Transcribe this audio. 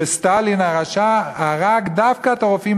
שסטלין הרשע הרג דווקא את הרופאים